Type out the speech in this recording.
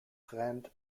trennt